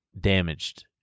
damaged